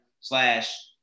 slash